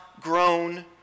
grown